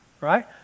right